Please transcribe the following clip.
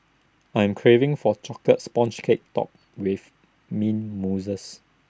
I am craving for A Chocolate Sponge Cake Topped with Mint Mousse